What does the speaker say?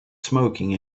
smoking